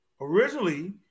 Originally